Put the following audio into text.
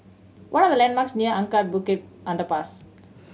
what are the landmarks near Anak Bukit Underpass